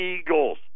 eagles